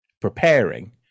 preparing